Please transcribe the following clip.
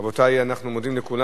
רבותי, אנחנו מודים לכולם.